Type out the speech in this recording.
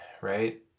right